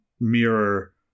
mirror